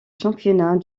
championnats